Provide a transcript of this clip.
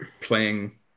playing